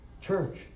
church